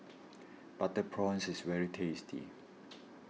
Butter Prawns is very tasty